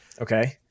okay